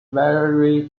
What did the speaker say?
vary